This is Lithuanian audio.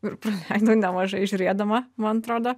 ir praleidau nemažai žiūrėdama man atrodo